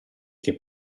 che